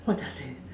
what does it